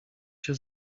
się